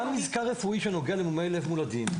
אבל קיים מזכר רפואי שנוגע למומי לב מולדים,